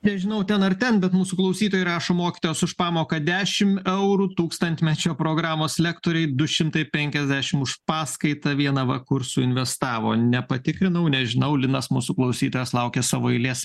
nežinau ten ar ten bet mūsų klausytojai rašo mokytojos už pamoką dešim eurų tūkstantmečio programos lektoriai du šimtai penkiasdešim už paskaitą vieną va kur suinvestavo nepatikrinau nežinau linas mūsų klausytojas laukia savo eilės